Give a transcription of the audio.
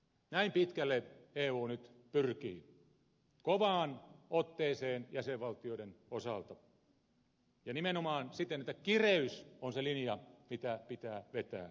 näin pitkälle eu nyt pyrkii kovaan otteeseen jäsenvaltioiden osalta ja nimenomaan siten että kireys on se linja mitä pitää vetää